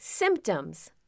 Symptoms